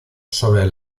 sobre